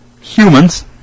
humans